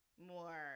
more